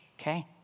okay